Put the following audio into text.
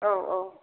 औ औ